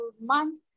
month